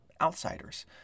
outsiders